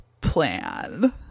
plan